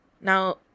Now